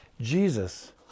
Jesus